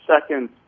second